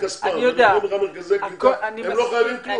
נותנים לך מרכזי קליטה - הם לא חייבים כלום.